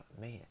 man